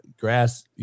grass